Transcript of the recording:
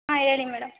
ಹಾಂ ಹೇಳಿ ಮೇಡಮ್